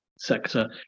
sector